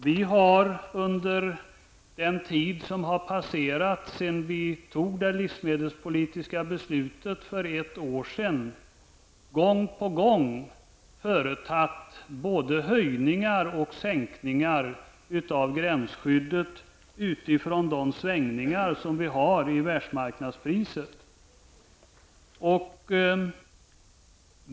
Vi har under den tid som passerat sedan vi fattade det livsmedelspolitiska beslutet för ett år sedan gång på gång företagit både höjningar och sänkningar av gränsskyddet utifrån världsmarknadsprisets svängningar.